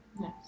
Yes